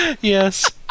Yes